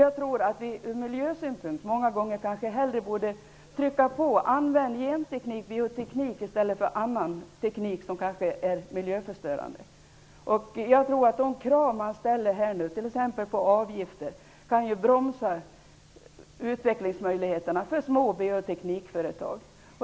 Jag tror att vi ur miljösynpunkt borde trycka på många gånger för att man skall använda genteknik och bioteknik i stället för annan teknik, som kanske är miljöförstörande. De krav som ställs här på t.ex. avgifter kan bromsa utvecklingsmöjligheterna för små bioteknikföretag.